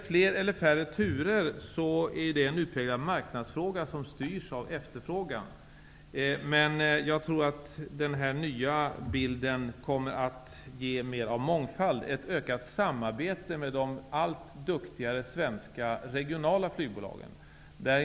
Fler eller färre turer är en utpräglad marknadsfråga, som styrs av efterfrågan, men jag tror att den nya bilden kommer att ge mer av mångfald, ett ökat samarbete med de allt duktigare svenska regionala flygbolagen.